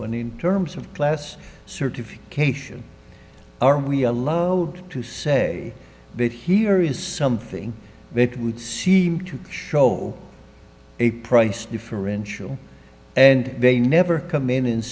one in terms of class certification are we allowed to say that here is something they would see to show a price differential and they never come in and